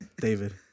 David